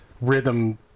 rhythm